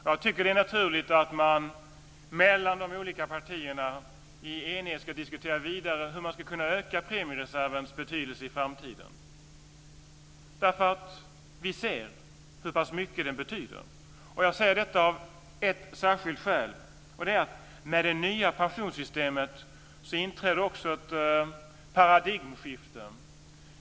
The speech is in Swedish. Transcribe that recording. Jag tycker att det är naturligt att man mellan de olika partierna i enighet ska diskutera vidare hur man ska kunna öka premiereservens betydelse i framtiden. Vi ser hur pass mycket den betyder. Jag säger detta av ett särskilt skäl. Med det nya pensionssystemet inträder också ett paradigmskifte.